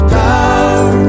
power